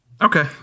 Okay